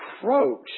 approach